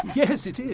yes, it is!